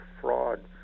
fraud